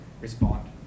respond